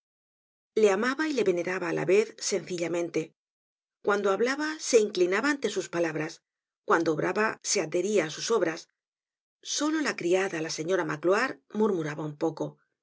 le amaba y le veneraba á la vez sencillamente cuando hablaba se inclinaba ante sus palabras cuando obraba se adheria á sus obras solo la criada la señoramagloire murmuraba un poco